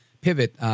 pivot